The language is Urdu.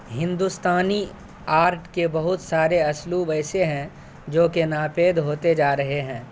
ہندوستانی آرٹ کے بہت سارے اسلوب ایسے ہیں جوکہ ناپید ہوتے جا رہے ہیں